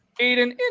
Aiden